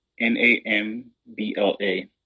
N-A-M-B-L-A